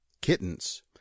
Kittens